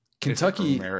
Kentucky